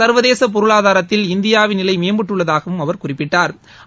சா்வதேசபொருளாதாரத்தில் இந்தியாவின் நிலைமேம்பட்டுள்ளதாகவும் அவா் குறிப்பிட்டாா்